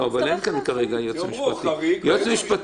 הגעת ל-23 ועוד אין לך חשוד, במקום לסגור את